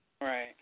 Right